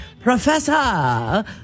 professor